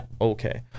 okay